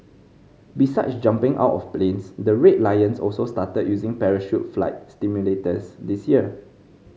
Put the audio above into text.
besides jumping out of planes the Red Lions also started using parachute flight simulators this year